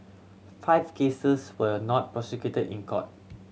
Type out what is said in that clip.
five cases were not prosecuted in court